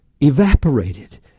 evaporated